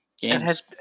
games